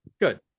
Good